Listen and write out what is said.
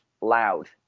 loud